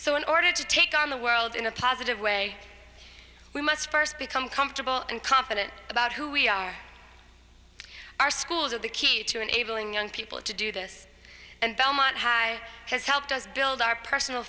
so in order to take on the world in a positive way we must first become comfortable and confident about who we are our schools are the key to enabling young people to do this and belmont high has helped us build our personal